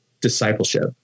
discipleship